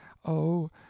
oh,